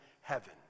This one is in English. heaven